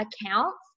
accounts